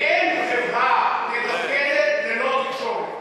ואין חברה מתפקדת ללא תקשורת.